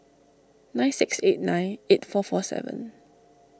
nine six eight nine eight four four seven